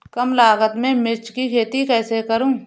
कम लागत में मिर्च की खेती कैसे करूँ?